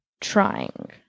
trying